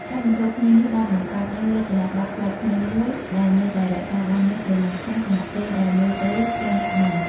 ការបញ្ចូលគ្នានេះបានបង្កើតនូវរចនាបថប្លែកថ្មីមួយដែលនៅតែរក្សាបាននូវព្រលឹងខ្មែរ ខណៈពេលដែលមើលទៅទាន់សម័យ។